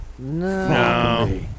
No